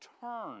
turn